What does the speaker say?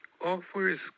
offers